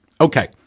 Okay